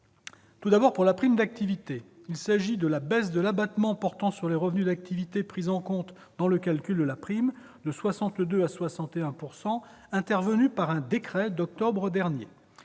tout d'abord la prime d'activité, il s'agit de la baisse de l'abattement portant sur les revenus d'activité pris en compte dans le calcul de la prime- de 62 % à 61 %-, intervenue par un décret d'octobre dernier.